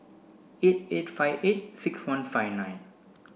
eight eight five eight six one five nine